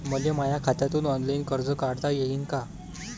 मले माया खात्यातून ऑनलाईन कर्ज काढता येईन का?